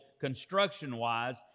construction-wise